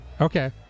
Okay